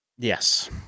Yes